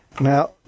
Now